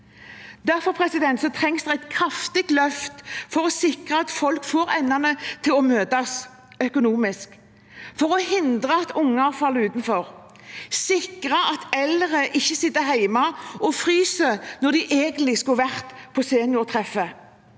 Derfor trengs det et kraftig løft for å sikre at folk får endene til å møtes økonomisk, for å hindre at unger faller utenfor, og for å sikre at eldre ikke sitter hjemme og fryser når de egentlig skulle vært på seniortreffet.